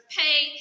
pay